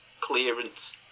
clearance